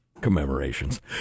commemorations